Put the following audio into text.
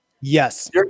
Yes